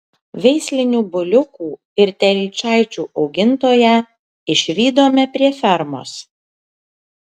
veislinių buliukų ir telyčaičių augintoją išvydome prie fermos